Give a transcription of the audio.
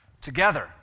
Together